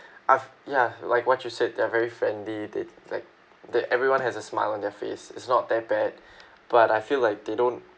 I've ya like what you said they're very friendly they like that everyone has a smile on their face is not that bad but I feel like they don't